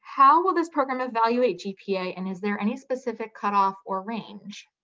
how will this program evaluate gpa, and is there any specific cutoff or range?